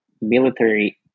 military